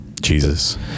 Jesus